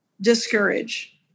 discourage